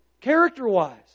Character-wise